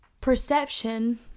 perception